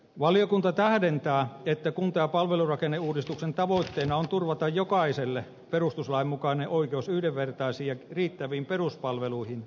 valiokunta tähdentää että kunta ja palvelurakenneuudistuksen tavoitteena on turvata jokaiselle perustuslain mukainen oikeus yhdenvertaisiin ja riittäviin peruspalveluihin